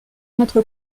notre